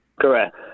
correct